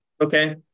Okay